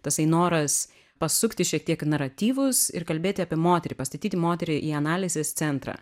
tasai noras pasukti šiek tiek naratyvus ir kalbėti apie moterį pastatyti moterį į analizės centrą